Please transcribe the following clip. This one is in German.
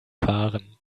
fahren